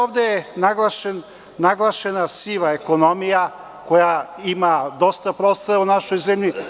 Ovde je naglašena siva ekonomija koja ima dosta prostora u našoj zemlji.